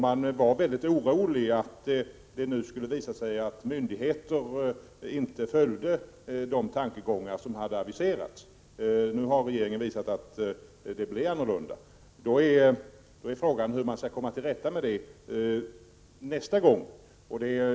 Man var orolig över att det skulle visa sig att myndigheterna inte följde de tankegångar som hade aviserats. Nu har regeringen visat att det blir annorlunda. Då är frågan hur man skall komma till rätta med detta nästa gång.